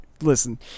Listen